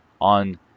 on